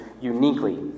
uniquely